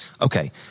Okay